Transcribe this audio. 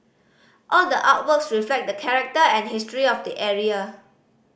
all the artworks reflect the character and history of the area